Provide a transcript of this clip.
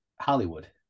hollywood